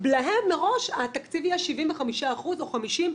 להם מראש התקציב יהיה 75% או 50%,